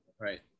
Right